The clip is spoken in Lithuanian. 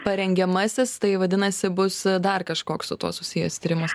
parengiamasis tai vadinasi bus dar kažkoks su tuo susijęs tyrimas